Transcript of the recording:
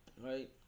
Right